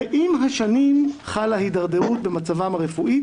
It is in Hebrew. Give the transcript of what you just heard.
ועם השנים חלה הידרדרות במצבם הרפואי,